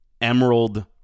Emerald